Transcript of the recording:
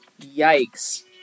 Yikes